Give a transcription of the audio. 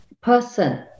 person